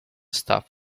stuff